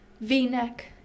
V-neck